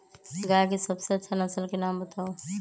गाय के सबसे अच्छा नसल के नाम बताऊ?